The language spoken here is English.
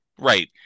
Right